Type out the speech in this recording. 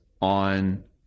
on